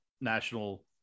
national